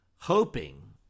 hoping